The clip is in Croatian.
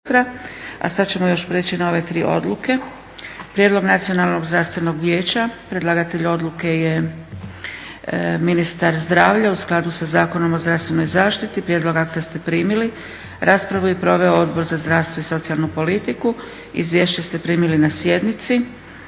A sada ćemo još prijeći na ove tri odluke: - Prijedlog Nacionalnog zdravstvenog vijeća Predlagatelj odluke je ministar zdravlja u skladu sa Zakonom o zdravstvenoj zaštiti. Prijedlog akta ste primili. Raspravu je proveo Odbor za zdravstvo i socijalnu politiku. Izvješća ste primili na sjednici.